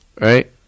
right